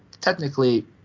technically